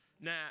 now